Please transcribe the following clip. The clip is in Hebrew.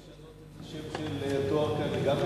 ומתנצל בפני השרים וחברי הכנסת על איחור של שתי דקות בפתיחת הישיבה,